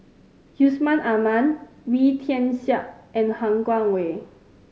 Yusman Aman Wee Tian Siak and Han Guangwei